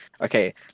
okay